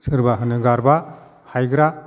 सोरबा होनो गारबा हाइग्रा